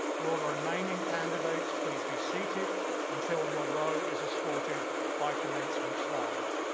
will the remaining candidates please be seated until your row is escorted by commencement staff.